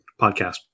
podcast